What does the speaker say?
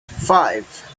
five